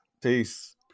peace